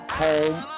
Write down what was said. home